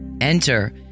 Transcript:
Enter